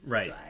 Right